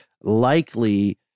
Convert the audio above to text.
likely